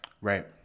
Right